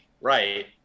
right